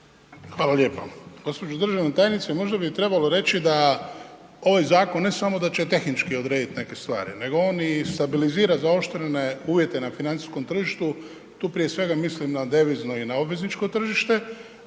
Hvala lijepo. Gđo. državna tajnice, možda bi trebalo reći da ovaj zakon ne samo da će tehnički odrediti neke stvari nego on i stabilizira zaoštrene uvjete na financijskom tržištu, tu prije svega mislim na devizno i na obvezničko tržište,